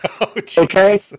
okay